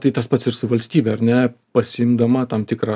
tai tas pats ir su valstybe ar ne pasiimdama tam tikrą